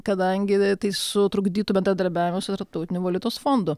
kadangi tai sutrukdytų bendradarbiavimui su tarptautiniu valiutos fondu